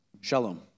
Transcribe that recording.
Shalom